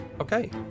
Okay